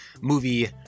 movie